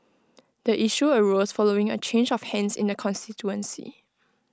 the issue arose following A change of hands in the constituency